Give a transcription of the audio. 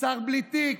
שר בלי תיק,